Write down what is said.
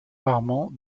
rarement